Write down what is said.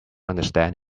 understand